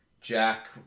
Jack